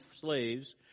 slaves